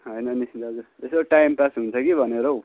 होइन नि दाजु यसो टाइमपास हुन्छ कि भनेर हौ